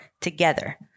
together